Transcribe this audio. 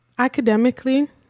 academically